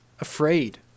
afraid